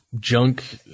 junk